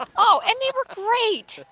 um oh, and they were great.